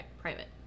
private